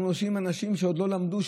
אנחנו מושיבים אנשים שעוד לא למדו,